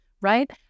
right